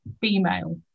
female